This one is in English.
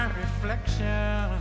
reflection